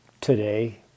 today